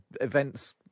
events